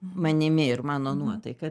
manimi ir mano nuotaika